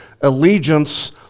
allegiance